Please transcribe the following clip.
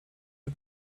the